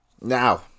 Now